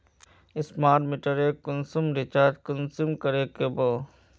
Smart मीटरेर कुंसम recharge कुंसम करे का बो?